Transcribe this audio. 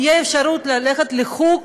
תהיה אפשרות ללכת לחוג,